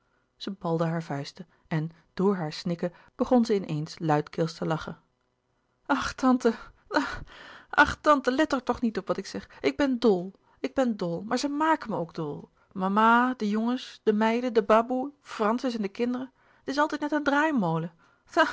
zij balde hare vuisten en door haar snikken begon zij in eens luidkeels te lachen ach tante ha-ha ach tante let er toch niet op wat ik zeg ik ben dol ik ben dol maar ze maken me ook dol mama de jongens de meiden de baboe francis en de kinderen het is altijd net een draaimolen